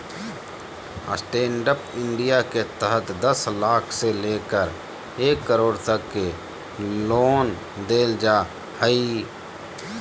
stand up India के तहत दस लाख से लेकर एक करोड़ तक के लोन देल जा हइ